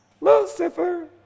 Lucifer